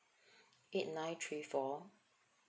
eight nine three four